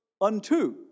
unto